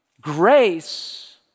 Grace